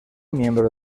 miembro